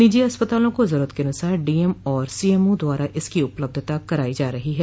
निजी अस्पतालों को जरूरत के अनुसार डीएम और सीएमओ द्वारा इसकी उपलब्धता कराई जा रही है